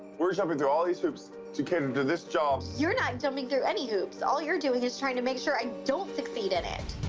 we're jumping through all these hoops to cater to this job. you're not jumping through any all you're doing is trying to make sure i don't succeed in it.